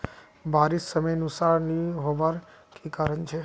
बारिश समयानुसार नी होबार की कारण छे?